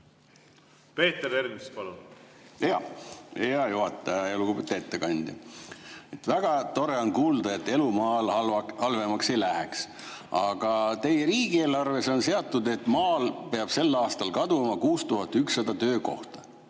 Peeter Ernits, palun! Hea juhataja! Lugupeetud ettekandja! Väga tore on kuulda, et elu maal halvemaks ei lähe. Aga teie riigieelarves on seatud, et maal peab sel aastal kaduma 6100 töökohta.